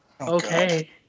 Okay